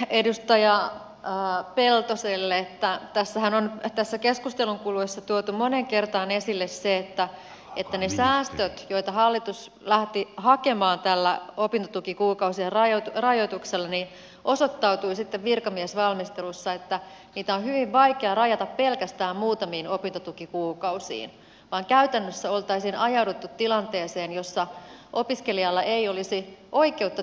replikoin edustaja peltoselle että tässähän on keskustelun kuluessa tuotu moneen kertaan esille se että virkamiesvalmistelussa osoittautui että niitä säästöjä joita hallitus lähti hakemaan tällä opintotukikuukausien rajoituksella on hyvin vaikea rajata pelkästään muutamiin opintotukikuukausiin vaan käytännössä oltaisiin ajauduttu tilanteeseen jossa opiskelijalla ei olisi oikeutta